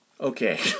Okay